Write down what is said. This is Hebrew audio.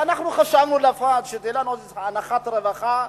ואנחנו חשבנו שתהיה לנו אנחת רווחה,